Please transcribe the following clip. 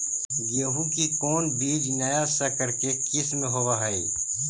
गेहू की कोन बीज नया सकर के किस्म होब हय?